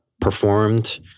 performed